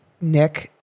Nick